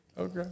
Okay